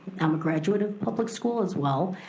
um a graduate of public school as well.